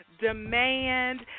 demand